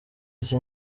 ati